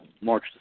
March